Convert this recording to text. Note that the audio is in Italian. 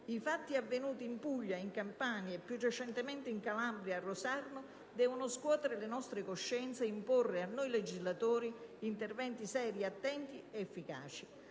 I fatti avvenuti in Puglia, in Campania e più recentemente in Calabria, a Rosarno, devono scuotere le nostre coscienze ed imporre a noi legislatori interventi seri, attenti, efficaci.